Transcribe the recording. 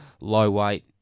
low-weight